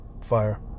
fire